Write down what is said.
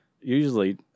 usually